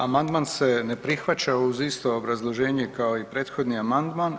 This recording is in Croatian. Amandman se ne prihvaća uz isto obrazloženje kao i prethodni amandman.